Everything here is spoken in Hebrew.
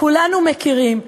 כולנו מכירים,